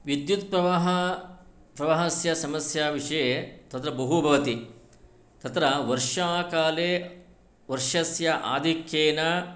विद्युत् प्रवाहस्य समस्या विषये तत्र बहु भवति तत्र वर्षाकाले वर्षस्य आधिक्येन